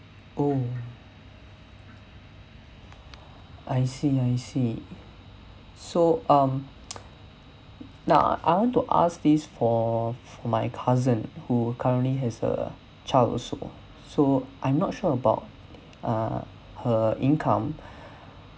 oh I see I see so um now I want to ask this for for my cousin who currently has a child also so I'm not sure about uh her income